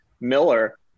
Miller